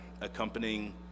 accompanying